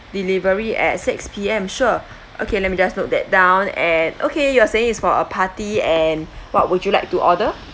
delivery at six P_M sure okay let me just note that down and okay you are saying it's for a party and what would you like to order